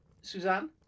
Suzanne